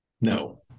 No